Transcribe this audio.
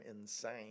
insane